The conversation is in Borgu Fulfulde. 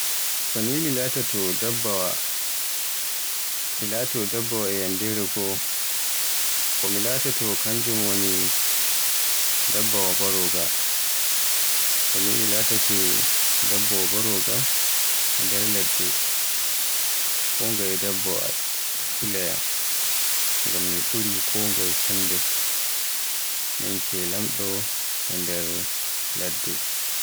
So ni mi latoto dabbawa, mi laato dabbawa e yandere goo, ko mi latoto kanjum woni dabbawa mbaroga. So ni I'm laatake dabbawa mbaroga e nder ladde kongaye dabbawa e hulaayam, ngam mi ɓuri kongaye sembe. Min ke lamɗo e nder ladde.